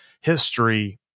history